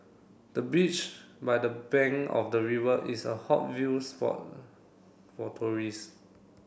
the beach by the bank of the river is a hot view spot for tourists